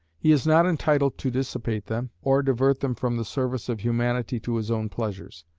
he is not entitled to dissipate them, or divert them from the service of humanity to his own pleasures.